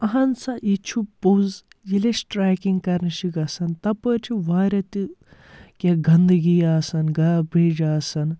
اہن سا یہِ چھُ پوٚز ییٚلہِ أسۍ ٹریکِنٛگ کَرنہِ چھِ گژھان تَپٲرۍ چھِ واریاہ تہِ کینٛہہ گنٛدٕگی آسَان گابَیٚج آسان